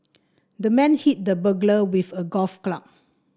the man hit the burglar with a golf club